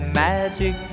magic